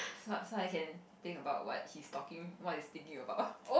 so so I can think about what he's talking what he's thinking about